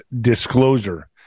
disclosure